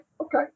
okay